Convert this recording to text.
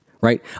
right